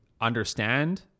understand